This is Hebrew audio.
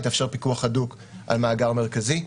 יתאפשר פיקוח הדוק על מאגר מרכזי.